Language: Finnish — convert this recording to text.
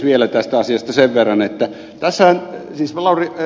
vielä tästä asiasta sen verran että ed